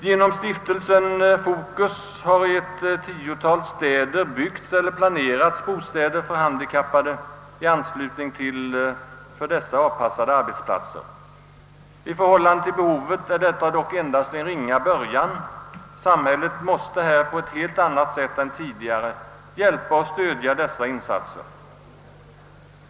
Genom stiftelsen Fokus har i ett tiotal städer byggts eller planerats bostäder för handikappade i anslutning till för dessa avpassade arbetsplatser. I förhållande till behovet är detta dock endast en ringa början. Samhället måste här på ett helt annat sätt än tidigare underlätta och stödja dessa insatser.